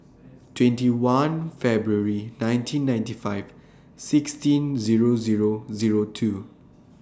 twenty one February nineteen ninety five sixteen Zero Zero Zero two